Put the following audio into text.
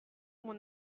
mon